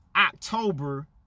October